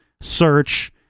search